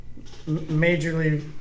majorly